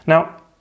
Now